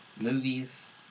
movies